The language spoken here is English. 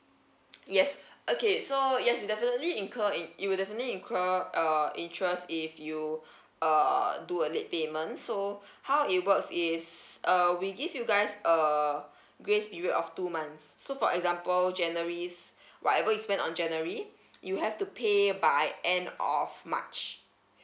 yes okay so yes we definitely incur in it will definitely incur uh interest if you uh do a late payment so how it works is uh we give you guys a grace period of two months so for example january's whatever you spend on january you have to pay by end of march